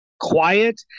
quiet